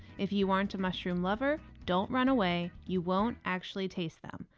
if you aren't a mushroom lover, don't run away, you won't actually taste them.